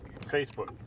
Facebook